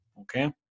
okay